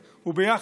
בעד,